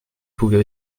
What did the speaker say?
pouvait